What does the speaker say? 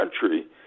country